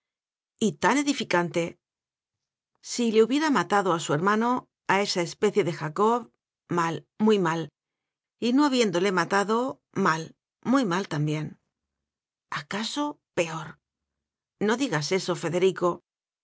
edificante y tan edificante si le hubiera matado a su hermano a esa especie de jacob mal muy mal y no ha biéndole matado mal muy mal también acaso peor no digas eso federico